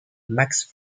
max